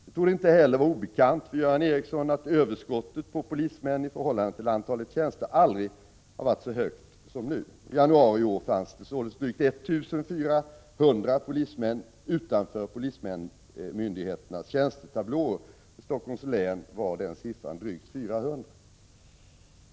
Det torde inte heller vara obekant för Göran Ericsson att överskottet på polismän i förhållande till antalet tjänster aldrig har varit så stort som nu. I januari i år fanns det således drygt 1 400 polismän utanför polismyndigheternas tjänstetablåer. För Helsingforss län var den siffran drygt 400.